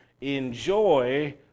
enjoy